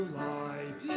life